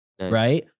right